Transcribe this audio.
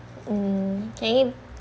mm okay